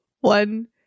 One